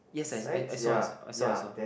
yes I I I saw I saw I saw I saw